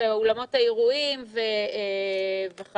אולמות האירועים וכדומה